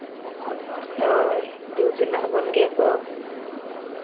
ᱦᱳᱭ ᱫᱩ ᱫᱮᱞᱟ ᱟᱵᱚᱱ ᱜᱮᱭᱟ ᱠᱚ